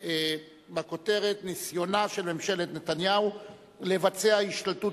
בכותרת: ניסיונה של ממשלת נתניהו לבצע השתלטות